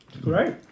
Great